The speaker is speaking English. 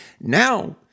now